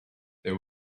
there